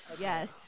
yes